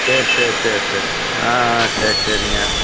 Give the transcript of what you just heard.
சேரி சேரி சேரி சேரி ஆ ஆ சேரி சரிங்க